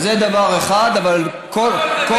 זה דבר אחד, אבל כל